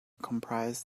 comprised